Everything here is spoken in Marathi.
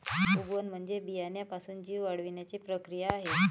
उगवण म्हणजे बियाण्यापासून जीव वाढण्याची प्रक्रिया आहे